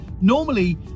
Normally